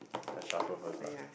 I shuffle first lah